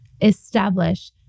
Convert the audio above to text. establish